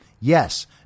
Yes